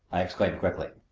i exclaimed quickly.